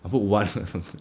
I put [one] or something